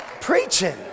Preaching